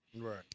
Right